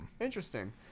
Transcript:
interesting